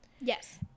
Yes